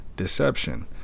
Deception